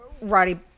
Roddy